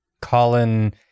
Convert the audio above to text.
Colin